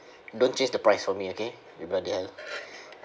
don't change the price for me okay you bloody hell